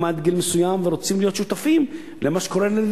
עד גיל מסוים ורוצים להיות שותפים למה שקורה להם.